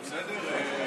תודה.